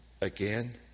again